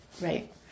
Right